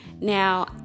Now